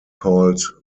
called